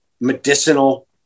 medicinal